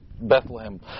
Bethlehem